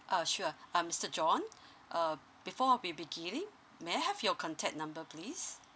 ah sure uh mister john uh before we begin may I have your contact number please